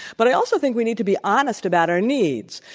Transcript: but i also think we need to be honest about our needs.